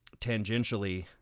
tangentially